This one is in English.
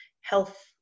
health